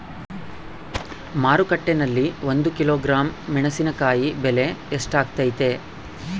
ಮಾರುಕಟ್ಟೆನಲ್ಲಿ ಒಂದು ಕಿಲೋಗ್ರಾಂ ಮೆಣಸಿನಕಾಯಿ ಬೆಲೆ ಎಷ್ಟಾಗೈತೆ?